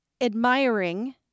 admiring